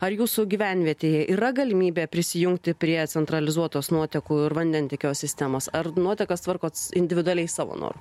ar jūsų gyvenvietėje yra galimybė prisijungti prie centralizuotos nuotekų vandentiekio sistemos ar nuotekas tvarkot individualiai savo noru